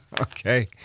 Okay